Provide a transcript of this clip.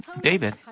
David